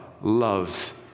loves